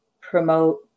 promote